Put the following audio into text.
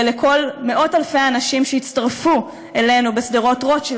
ולכל מאות-אלפי האנשים שהצטרפו אלינו בשדרות רוטשילד